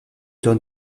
dans